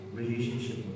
relationship